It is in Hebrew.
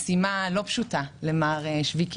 זו משימה לא פשוטה למר שויקי,